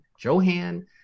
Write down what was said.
Johan